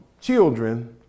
children